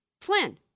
Flynn